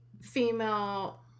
female